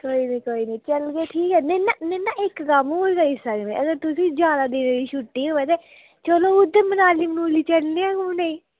कोई निं कोई निं चलगे ठीक ऐ नेईं ना नेईं ना इक कम्म होई जाई सकदा अगर तुसेंगी ज्यादा देर दी छुट्टी होवै ते चलो उद्धर मनाली मनुली चलने आं घूमने गी